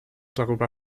darüber